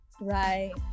Right